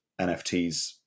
NFTs